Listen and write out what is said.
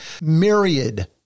myriad